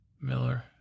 Miller